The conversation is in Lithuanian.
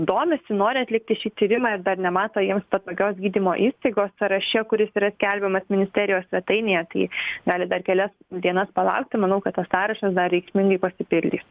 domisi nori atlikti šį tyrimą ir dar nemato jiems patogios gydymo įstaigos sąraše kuris yra skelbiamas ministerijos svetainėje tai gali dar kelias dienas palaukti manau kad tas sąrašas dar reikšmingai pasipildys